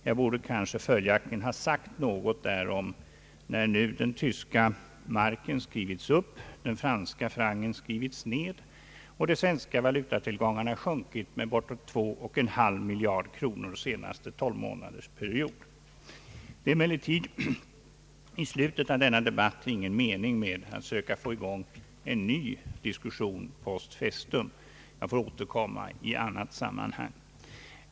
Jag borde följaktligen ha sagt något därom när den tyska marken skrivits upp, den franska francen skrivits ner och de svenska valutatillgångarna sjunkit med bortåt 2,5 miljarder kronor under senaste 12-månadersperiod. Det är emellertid i slutet av denna debatt meningslöst att sätta i gång en ny diskussion post festum. Jag får återkomma i annat sammanhang.